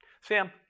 Sam